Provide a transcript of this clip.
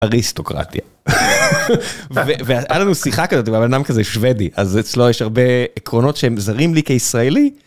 אריסטוקרטיה. והיה לנו שיחה כזאת, הוא אדם כזה שוודי, אז אצלו יש הרבה עקרונות שהם זרים לי כישראלי.